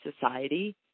society